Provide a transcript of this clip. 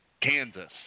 Kansas